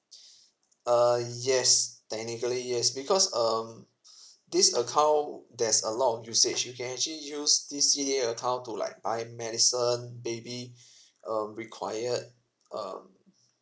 err yes technically yes because um this account there's a lot of usage you can actually use this C_D_A account to like buy medicine baby um required um